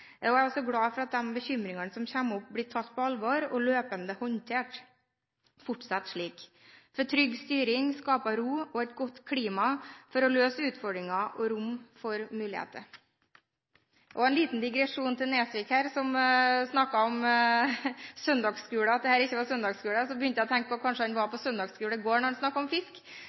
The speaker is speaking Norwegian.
Jeg er også glad for at de bekymringene som kommer opp, blir tatt på alvor og løpende håndtert. Fortsett slik, for trygg styring skaper ro og et godt klima for å løse utfordringer og gi rom for muligheter. En liten digresjon til representanten Nesvik, som snakket om søndagsskolen, at dette ikke var en søndagsskole. Så begynte jeg å tenke på at kanskje han var på søndagsskole i går da han snakket om fisk,